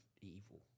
evil